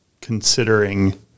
considering